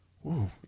Whoa